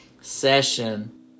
session